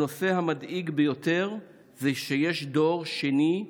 הנושא המדאיג ביותר זה שיש דור שני,